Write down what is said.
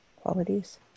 qualities